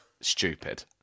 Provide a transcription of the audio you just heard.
stupid